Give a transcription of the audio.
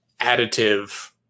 additive